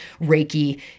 reiki